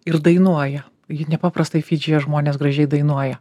ir dainuoja jie nepaprastai fidžyje žmonės gražiai dainuoja